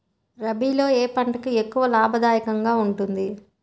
రబీలో ఏ పంట ఎక్కువ లాభదాయకంగా ఉంటుంది?